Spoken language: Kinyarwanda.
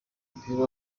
w’umupira